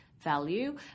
value